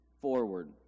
forward